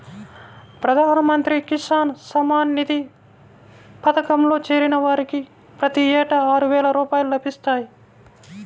ప్రధాన మంత్రి కిసాన్ సమ్మాన్ నిధి పథకంలో చేరిన వారికి ప్రతి ఏటా ఆరువేల రూపాయలు లభిస్తాయి